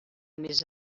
més